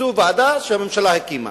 זו ועדה שהממשלה הקימה,